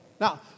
Now